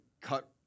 cut